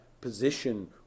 position